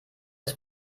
ist